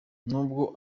nubwo